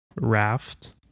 Raft